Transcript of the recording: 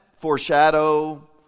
foreshadow